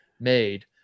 made